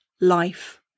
life